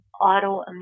autoimmune